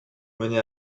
mener